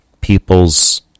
people's